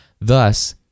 Thus